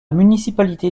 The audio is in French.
municipalité